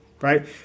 right